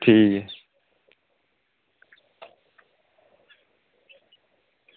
ठीक ऐ